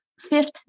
fifth